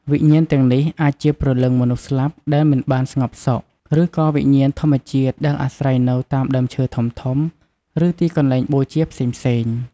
វិញ្ញាណទាំងនេះអាចជាព្រលឹងមនុស្សស្លាប់ដែលមិនបានស្ងប់សុខ ឬក៏វិញ្ញាណធម្មជាតិដែលអាស្រ័យនៅតាមដើមឈើធំៗ ឬទីកន្លែងបូជាផ្សេងៗ។